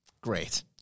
Great